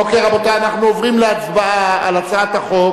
אוקיי, רבותי, אנחנו עוברים להצבעה על הצעת החוק